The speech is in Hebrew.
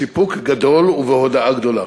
בסיפוק גדול ובהודאה גדולה.